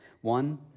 One